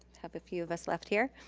have a few of us left here.